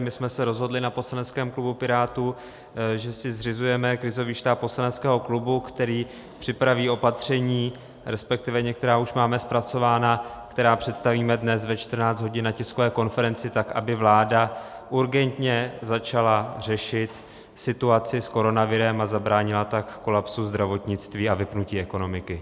My jsme se rozhodli na poslaneckém klubu Pirátů, že si zřizujeme krizový štáb poslaneckého klubu, který připraví opatření resp. některá už máme zpracována , která představíme dnes ve 14 hodin na tiskové konferenci, tak aby vláda urgentně začala řešit situaci s koronavirem, a zabránila tak kolapsu zdravotnictví a vypnutí ekonomiky.